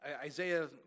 Isaiah